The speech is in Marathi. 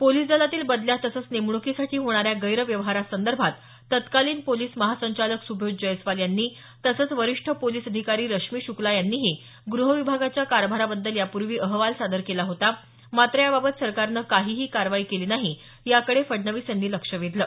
पोलिस दलातील बदल्या तसंच नेमणुकीसाठी होणाऱ्या गैरव्यवहारासंदर्भात तत्कालीन पोलिस महासंचालक सुबोध जयस्वाल यांनी तसंच वरिष्ठ पोलिस अधिकारी रश्मी शुक्का यांनीही गृह विभागाच्या कारभाराबद्दल यापूर्वी अहवाल सादर केला होता मात्र या बाबत सरकारनं काहीही कारवाई केली नाही याकडे फडणवीस यांनी लक्ष वेधलं